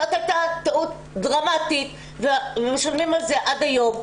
זאת הייתה טעות דרמטית ומשלמים על זה עד היום,